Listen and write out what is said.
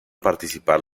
participar